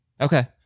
Okay